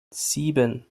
sieben